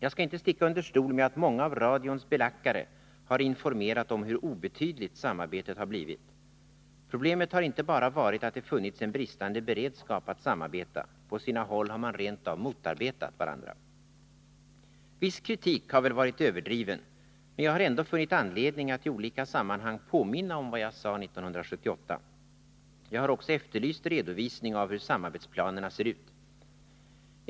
Jag skall inte sticka under stol med att många av radions belackare har informerat om hur obetydligt samarbetet har blivit. Problemet har inte bara varit att det funnits en bristande beredskap att samarbeta. På sina håll har man rent av motarbetat varandra. Viss kritik har väl varit överdriven, men jag har ändå funnit anledning att i olika sammanhang påminna om vad jag sade 1978. Jag har också efterlyst redovisning av hur samarbetsplanerna ser ut.